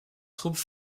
troupes